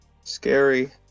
Scary